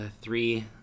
three